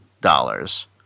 dollars